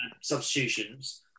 substitutions